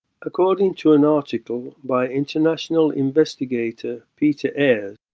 according to an article by international investigator peter eyre,